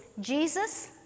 Jesus